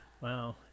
wow